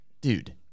Dude